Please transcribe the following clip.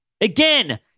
Again